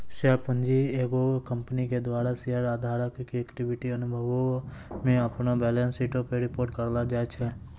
share पूंजी एगो company के द्वारा शेयर धारको के इक्विटी अनुभागो मे अपनो बैलेंस शीटो पे रिपोर्ट करलो जाय छै